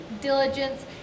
diligence